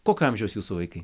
kokio amžiaus jūsų vaikai